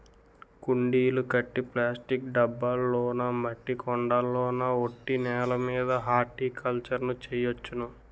కుండీలు కట్టి ప్లాస్టిక్ డబ్బాల్లోనా మట్టి కొండల్లోన ఒట్టి నేలమీద హార్టికల్చర్ ను చెయ్యొచ్చును